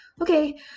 okay